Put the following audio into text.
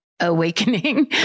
awakening